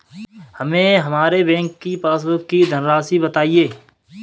हमें हमारे बैंक की पासबुक की धन राशि बताइए